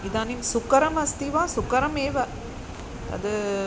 इदानीं सुकरमपि अस्ति वा सुकरमेव तद्